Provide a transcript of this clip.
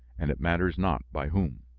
and it matters not by whom.